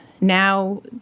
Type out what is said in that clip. Now